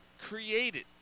created